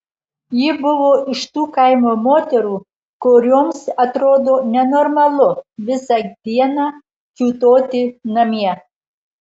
ji buvo iš tų kaimo moterų kurioms atrodo nenormalu visą dieną kiūtoti namie